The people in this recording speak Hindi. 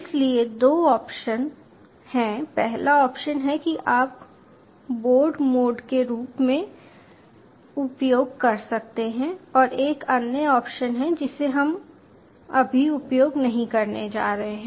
इसलिए दो ऑप्शन हैं पहला ऑप्शन कि आप बोर्ड मोड के रूप में उपयोग कर सकते हैं और एक अन्य ऑप्शन है जिसे हम अभी उपयोग नहीं करने जा रहे हैं